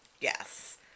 Yes